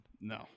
no